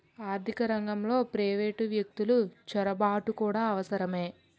ఆర్థిక రంగంలో ప్రైవేటు వ్యక్తులు చొరబాటు కూడా అవసరమే